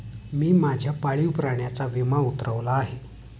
मी माझ्या पाळीव प्राण्याचा विमा उतरवला आहे